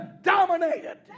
dominated